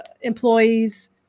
employees